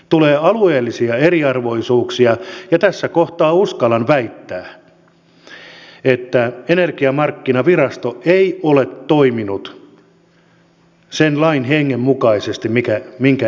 tulee alueellisia eriarvoisuuksia ja tässä kohtaa uskallan väittää että energiamarkkinavirasto ei ole toiminut sen lain hengen mukaisesti minkä eduskunta sääti